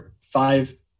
five